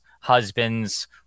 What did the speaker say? husbands